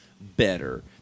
better